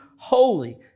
Holy